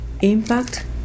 impact